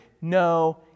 no